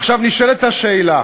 עכשיו נשאלת השאלה,